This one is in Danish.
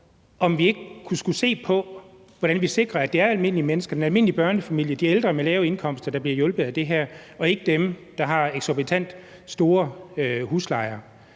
vi ikke se på, hvordan vi sikrer, at det er almindelige mennesker, altså almindelige børnefamilier og ældre med lave indkomster, der bliver hjulpet af det her, og ikke dem, der har eksorbitant høje huslejer?